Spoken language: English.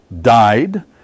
died